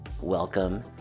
Welcome